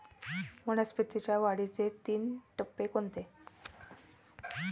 वनस्पतींच्या वाढीचे तीन टप्पे कोणते?